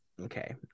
Okay